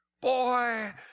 Boy